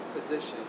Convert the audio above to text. position